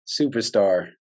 superstar